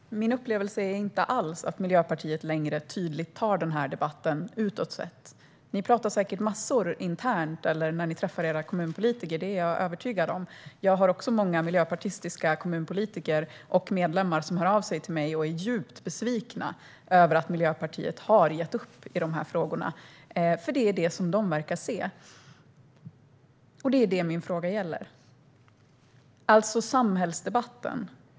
Herr talman! Min upplevelse är inte alls att Miljöpartiet längre tydligt tar debatten utåt sett. Ni pratar säkert massor internt eller när ni träffar era kommunpolitiker. Det är jag övertygad om. Många miljöpartistiska kommunpolitiker och medlemmar hör av sig till mig och är djupt besvikna över att Miljöpartiet har gett upp i de här frågorna. Det är vad de verkar se, och det är vad min fråga gäller. Det handlar om samhällsdebatten.